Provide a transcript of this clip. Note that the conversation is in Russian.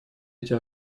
эти